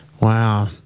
Wow